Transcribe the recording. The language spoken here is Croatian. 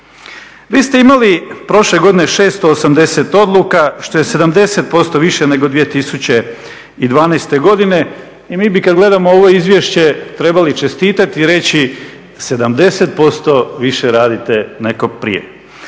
Vi ste imali prošle godine 680 odluka što je 70% više nego 2012. godine i mi bi kad gledamo ovo izvješće trebali čestitati i reći 70% više radite nego prije,